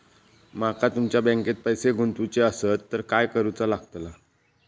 माका तुमच्या बँकेत पैसे गुंतवूचे आसत तर काय कारुचा लगतला?